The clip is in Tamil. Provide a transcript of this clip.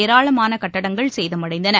ஏராளமானகட்டங்கள் சேதமடைந்தன